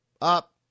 Up